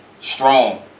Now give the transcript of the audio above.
strong